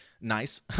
nice